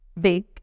big